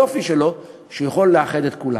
היופי שלו הוא שהוא יכול לאחד את כולם.